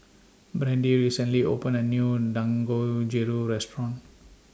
Brandee recently opened A New Dangojiru Restaurant